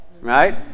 right